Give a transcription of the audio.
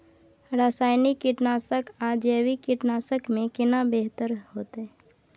रसायनिक कीटनासक आ जैविक कीटनासक में केना बेहतर होतै?